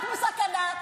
רק בסכנה,